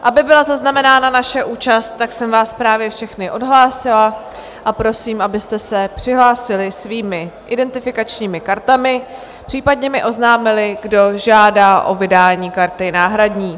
Aby byla zaznamenána naše účast, tak jsem vás právě všechny odhlásila a prosím, abyste se přihlásili svými identifikačními kartami, případně mi oznámili, kdo žádá o vydání karty náhradní.